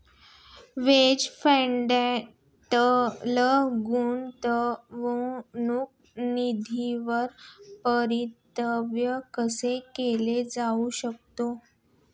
Hedge फंडातील गुंतवणूक निधीवर परतावा कसा केला जाऊ शकतो?